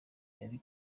yari